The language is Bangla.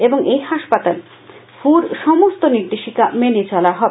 এবং এই হাসপাতাল হুর সমস্ত নির্দেশিকা মেনে চলা হবে